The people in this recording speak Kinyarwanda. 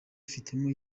afitanye